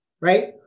right